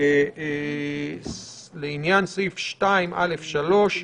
לעניין סעיף 2א(3),